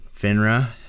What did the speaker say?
FINRA